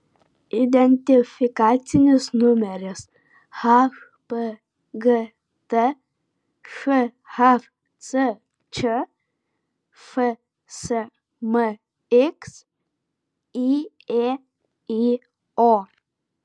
identifikacinis numeris hpgt šhcč fsmx yėyo